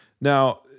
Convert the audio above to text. Now